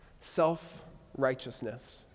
Self-righteousness